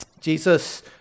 Jesus